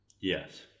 Yes